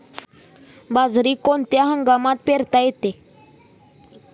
बाजरी कोणत्या हंगामात पेरता येते?